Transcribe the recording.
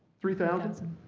three thousand?